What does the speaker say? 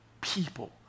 People